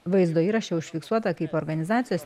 vaizdo įraše užfiksuota kaip organizacijos